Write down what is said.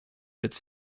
its